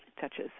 touches